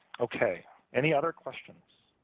okay. any other questions?